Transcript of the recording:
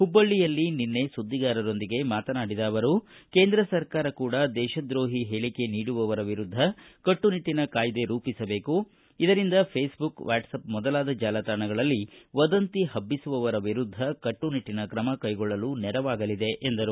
ಹುಬ್ಲಳ್ಳಯಲ್ಲಿ ನಿನ್ನೆ ಸುದ್ದಿಗಾರರೊಂದಿಗೆ ಮಾತನಾಡಿದ ಅವರು ಕೇಂದ್ರ ಸರ್ಕಾರ ಕೂಡ ದೇಶದ್ರೋಹಿ ಹೇಳಕೆ ನೀಡುವವರ ವಿರುದ್ದ ಕಟ್ಟುನಿಟ್ಟನ ಕಾಯ್ದೆ ರೂಪಿಸಬೇಕು ಇದರಿಂದ ಫೇಸ್ಬುಕ್ ವಾಟ್ಆಪ್ ಮೊದಲಾದ ಜಾಲತಾಣಗಳಲ್ಲಿ ವದಂತಿ ಹಬ್ಬಿಸುವವರ ವಿರುದ್ಧ ಕಟ್ಟುನಿಟ್ಟನ ಕ್ರಮ ಕೈಗೊಳ್ಳಲು ನೆರವಾಗಲಿದೆ ಎಂದರು